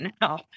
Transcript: now